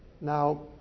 Now